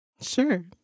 Sure